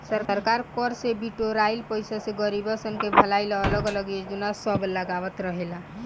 सरकार कर से बिटोराइल पईसा से गरीबसन के भलाई ला अलग अलग योजना सब लगावत रहेला